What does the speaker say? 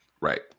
right